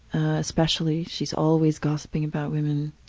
especially she's always gossiping about women.